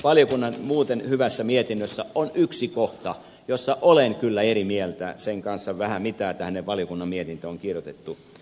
valiokunnan muuten hyvässä mietinnössä on yksi kohta josta olen kyllä eri mieltä siitä vähän mitä tänne valiokunnan mietintöön on kirjoitettu